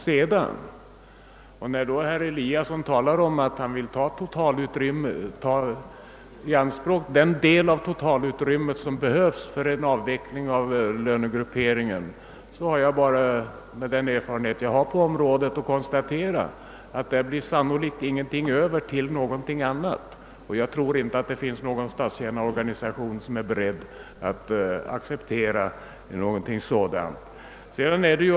När herr Eliasson i Sundborn talar om att han vill ta i anspråk den del av totalutrymmet som behövs för en avveckling av lönegrupperingen, så har jag — med den erfarenhet jag äger på området — bara att konstatera att det sannolikt inte blir något över till annat. Och jag tror inte det finns någon statstjänarorganisation som är beredd att acceptera ett dylikt förfarande.